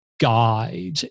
guide